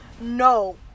No